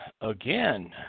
again